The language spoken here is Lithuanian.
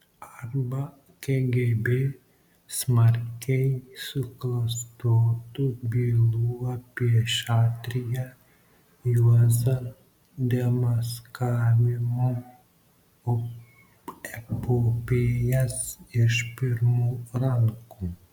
arba kgb smarkiai suklastotų bylų apie šatriją juozą demaskavimų epopėjas iš pirmų rankų